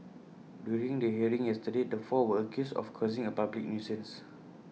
during the hearing yesterday the four were accused of causing A public nuisance